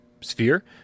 sphere